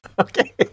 Okay